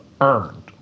earned